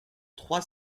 trois